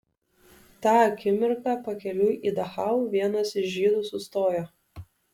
tą akimirką pakeliui į dachau vienas iš žydų sustojo